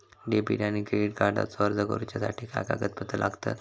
Debit आणि credit कार्डचो अर्ज करुच्यासाठी काय कागदपत्र लागतत?